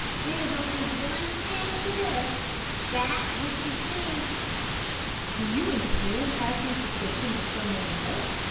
there is only one end to this that which you see do you intend passing suspicion to somebody else?